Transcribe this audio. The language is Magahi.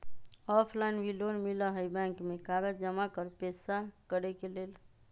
ऑफलाइन भी लोन मिलहई बैंक में कागज जमाकर पेशा करेके लेल?